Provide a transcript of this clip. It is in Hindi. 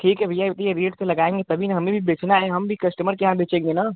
ठीक है भैया ये रेट से लगाएँगे तभी न हमें भी बेचना है हम भी कस्टमर के यहाँ बेचेंगे न